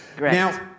Now